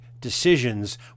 decisions